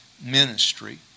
ministry